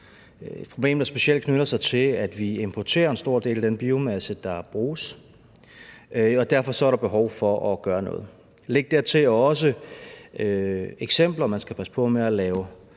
problem, der specielt knytter sig til, at vi importerer en stor del af den biomasse, der bruges, og derfor er der behov for at gøre noget. Man skal passe på med at lave